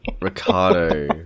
Ricardo